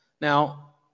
Now